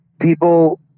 people